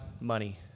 money